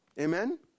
Amen